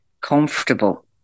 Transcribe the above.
comfortable